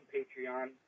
Patreon